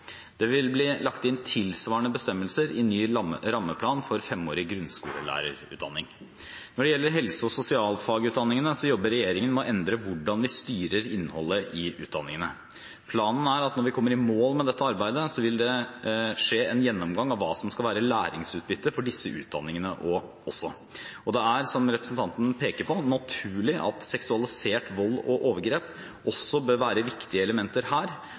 Det vil bli lagt inn tilsvarende bestemmelser i ny rammeplan for femårig grunnskolelærerutdanning. Når det gjelder helse- og sosialfagutdanningene, jobber regjeringen med å endre hvordan vi styrer innholdet i utdanningene. Planen er at når vi kommer i mål med dette arbeidet, vil det skje en gjennomgang av hva som skal være læringsutbyttet for disse utdanningene også. Det er, som representanten peker på, naturlig at seksualisert vold og overgrep også bør være viktige elementer her,